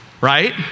right